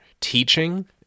teaching